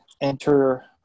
enter